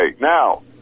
Now